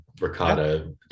ricotta